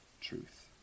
truth